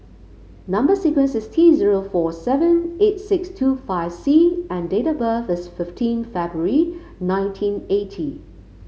number sequence is T zero four seven eight six two five C and date of birth is fifteen February nineteen eighty